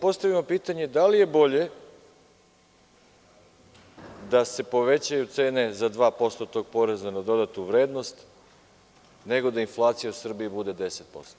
Postavimo im pitanje – da li je bolje da se povećaju cene za 2% tog poreza na dodatu vrednost, nego da inflacija u Srbiji bude 10%